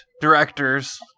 directors